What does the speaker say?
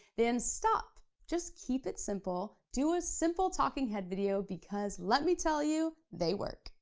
then stop. just keep it simple, do a simple talking head video, because let me tell you, they work.